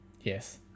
Yes